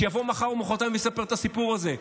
שיבוא מחר או מוחרתיים לספר את הסיפור הזה.